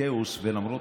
הכאוס ולמרות